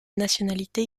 nationalité